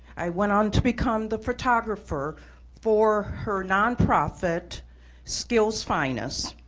i went on to become the photographer for her nonprofit skillz finest,